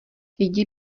jdi